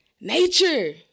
Nature